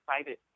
excited